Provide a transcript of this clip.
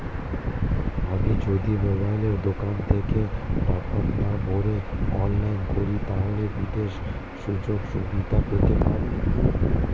আমি যদি মোবাইলের দোকান থেকে টপআপ না ভরে অনলাইনে করি তাহলে বিশেষ সুযোগসুবিধা পেতে পারি কি?